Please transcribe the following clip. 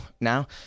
now